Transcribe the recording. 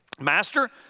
Master